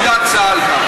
איפה עמדת צה"ל כאן?